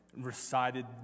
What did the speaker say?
recited